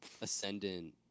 ascendant